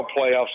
playoffs